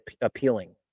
appealing